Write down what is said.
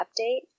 update